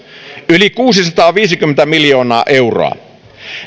yli kuusisataaviisikymmentä miljoonaa euroa